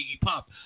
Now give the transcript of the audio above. Pop